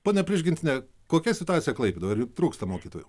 ponia prižgintiene kokia situacija klaipėdoj trūksta mokytojų